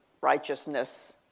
righteousness